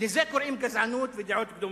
לזה קוראים גזענות ודעות קדומות.